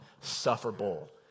sufferable